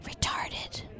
Retarded